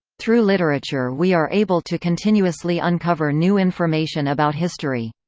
through literature we are able to continuously uncover new information about history.